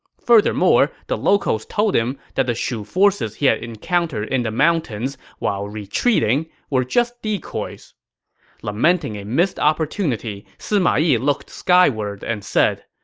furthermore, the locals told him that the shu forces he had encountered in the mountains while retreating were just decoys lamenting a missed opportunity, sima yi looked skyward and said,